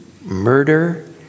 murder